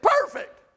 perfect